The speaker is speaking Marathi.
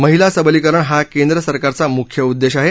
महिला सबलीकरण हा केंद्रसरकारचा मुख्य उद्देश आहे